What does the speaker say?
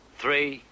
three